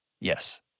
Yes